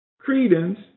credence